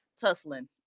tussling